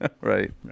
Right